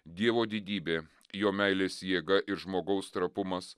dievo didybė jo meilės jėga ir žmogaus trapumas